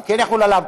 זה כן יחול עליו,